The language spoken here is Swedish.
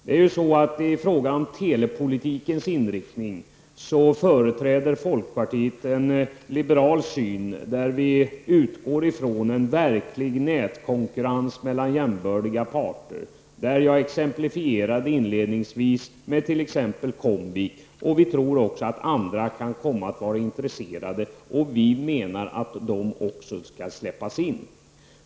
Beträffande telepolitikens inriktning företräder folkpartiet en liberal syn, där vi utgår ifrån en verklig nätkonkurrens mellan jämbördiga parter. Jag exemplifierade inledningsvis med Comvik, men även andra kan komma att vara intresserade. Vi menar att också dessa intressenter skall tillåtas vara med.